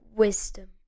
wisdom